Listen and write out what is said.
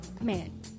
Man